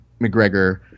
McGregor